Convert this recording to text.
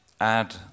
add